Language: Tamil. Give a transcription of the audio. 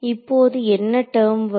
இப்போது என்ன டெர்ம் வரும்